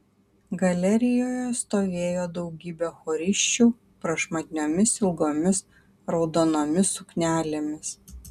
galerijoje stovėjo daugybė chorisčių prašmatniomis ilgomis raudonomis suknelėmis